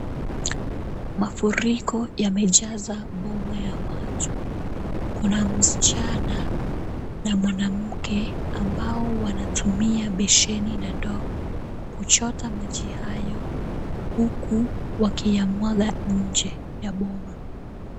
Mafuriko yamejaza boma ya watu. Kuna msichana na mwanamke ambao wanatumia besheni na ndoo kuchota maji hayo huku wakiyamwaga nje ya boma.